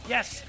Yes